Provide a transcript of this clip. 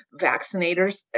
vaccinators